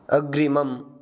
अग्रिमम्